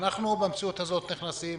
אנחנו במציאות הזאת נכנסים